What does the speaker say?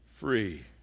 free